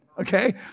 okay